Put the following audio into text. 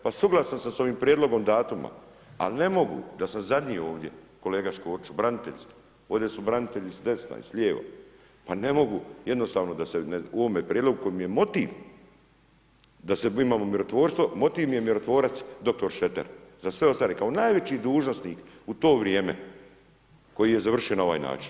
Pa suglasan sam s ovim prijedlogom datuma ali ne mogu da sam zadnji ovdje, kolega Škoriću, branitelj ste, ovdje su branitelji s desna i s lijeva, pa ne mogu jednostavno da se u ovome prijedlogu koji mi je motiv, da se ima mirotvorstvo, motiv mi je mirotvorac dr. Šreter za sve ostale kao najveći dužnosnik u to vrijeme koji je završio na ovaj način.